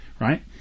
right